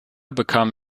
bekam